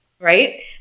right